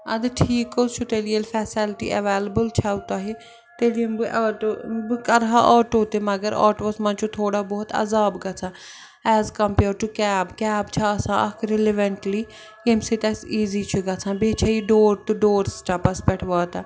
اَدٕ ٹھیٖک حظ چھُ تیٚلہِ ییٚلہِ فٮ۪سٮ۪لٹی اٮ۪ویلیبٕل چھَو تۄہہِ تیٚلہِ یِم بہٕ آٹو بہٕ کَرٕ ہا آٹو تہِ مگر آٹوَس منٛز چھُ تھوڑا بہت عذاب گژھان as compared to cab cab چھےٚ آسان اَکھ رِلِوٮ۪نٛٹلی ییٚمۍ سۭتۍ اَسہِ ایٖزی چھُ گژھان بیٚیہِ چھےٚ یہِ ڈور ٹُو ڈور سٕٹٮ۪پَس پٮ۪ٹھ واتان